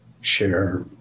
share